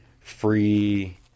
free